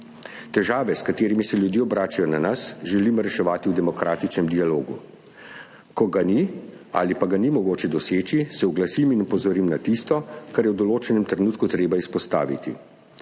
Težave, s katerimi se ljudje obračajo na nas, želimo reševati v demokratičnem dialogu. Ko ga ni ali pa ga ni mogoče doseči, se oglasim in opozorim na tisto, kar je v določenem trenutku treba izpostaviti.